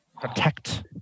protect